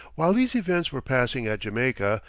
while these events were passing at jamaica,